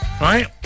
right